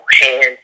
hands